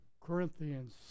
Corinthians